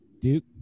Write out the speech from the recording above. Duke